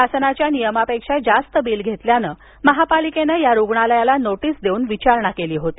शासनाच्या नियमापेक्षा जास्त बिल घेतल्यानं महापालिकेने या रुग्णालयाला नोटीस देऊन विचारणा केली होती